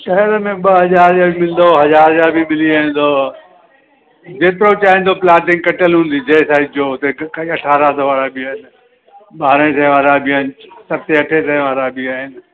शहर में ॿ हज़ार जा बि मिलंदव हज़ार जा बि मिली वेंदव जेतिरो चाहींदा प्लॉटिंग कटियल हूंदी जंहिं साइज जो अठारह सौ वारा बि आहिनि ॿारहें सवें वारा बि आहिनि सतें अठें सवें वारा बि आहिनि